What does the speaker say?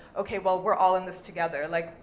okay, well, we're all in this together. like,